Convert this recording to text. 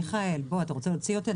מיכאל, אתה רוצה להוציא אותי?